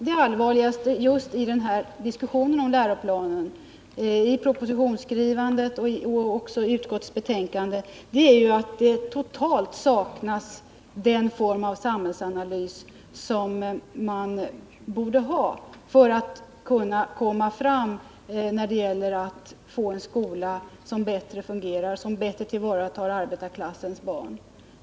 Det allvarligaste i diskussionen om läroplanen i propositionen och i utskottsbetänkandet är den totala avsaknaden av den samhällsanalys som behövs för att man skall få en skola som fungerar bättre och som bättre tillvaratar arbetarklassens barn.